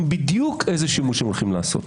בדיוק איזה שימוש הם הולכים לעשות,